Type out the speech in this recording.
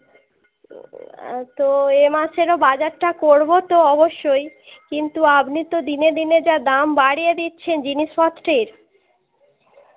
আর তো এ মাসেরও বাজারটা করব তো অবশ্যই কিন্তু আপনি তো দিনে দিনে যা দাম বাড়িয়ে দিচ্ছেন জিনিসপত্রের